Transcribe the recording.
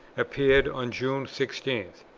appeared on june sixteen.